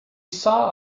saw